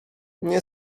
nie